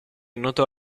notò